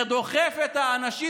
זה דוחף את האנשים,